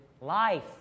life